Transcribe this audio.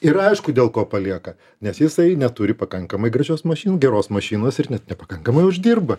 ir aišku dėl ko palieka nes jisai neturi pakankamai gražios mašin geros mašinos ir net nepakankamai uždirba